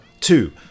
Two